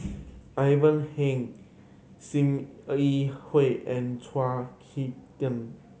Ivan Heng Sim Yi Hui and Chao Hick Tin